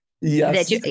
Yes